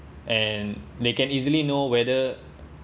and they can easily know whether